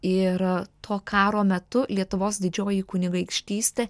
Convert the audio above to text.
ir to karo metu lietuvos didžioji kunigaikštystė